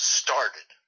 started